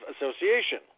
association